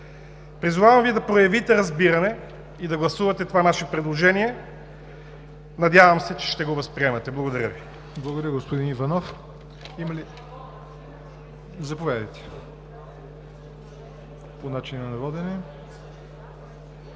Призовавам Ви да проявите разбиране и да гласувате това наше предложение. Надявам се, че ще го възприемете. Благодаря Ви.